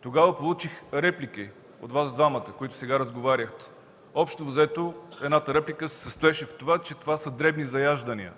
Тогава получих реплика от Вас двамата – които сега разговаряте. Общо взето едната реплика беше, че това са дребни заяждания.